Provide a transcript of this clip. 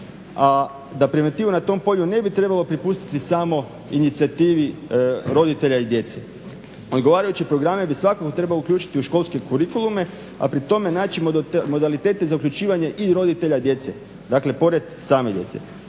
a da preventivu na tom polju ne bi trebalo prepustiti samo inicijativi roditelja i djece. Odgovarajuće programe bi svakako trebalo uključiti u školske kurikulume, a pri tome naći modalitete za uključivanje i roditelja i djece, dakle pored same djece.